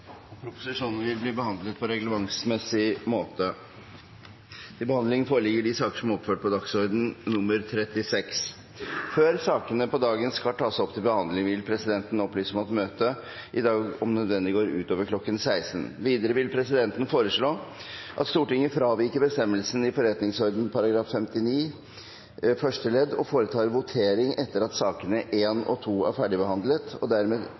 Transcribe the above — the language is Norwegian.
behandling, vil presidenten opplyse om at møtet i dag om nødvendig fortsetter utover kl. 16. Videre vil presidenten foreslå at Stortinget fraviker bestemmelsen i forretningsordenen § 59 første ledd og foretar votering etter at sakene 1 og 2 er ferdigbehandlet, og